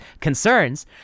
concerns